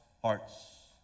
hearts